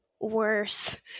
worse